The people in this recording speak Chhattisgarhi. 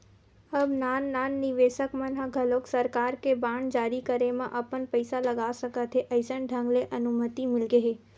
अब नान नान निवेसक मन ह घलोक सरकार के बांड जारी करे म अपन पइसा लगा सकत हे अइसन ढंग ले अनुमति मिलगे हे